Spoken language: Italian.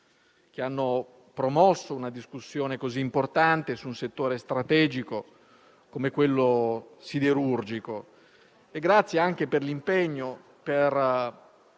che hanno promosso una discussione così importante su un settore strategico come quello siderurgico. Grazie anche per l'impegno a